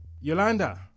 Yolanda